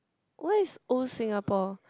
what is old Singapore